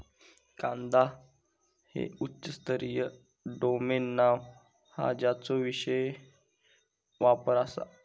कांदा हे उच्च स्तरीय डोमेन नाव हा ज्याचो विशेष वापर आसा